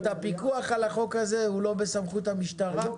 הפיקוח על החוק הזה הוא לא בסמכות המשטרה?